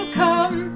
come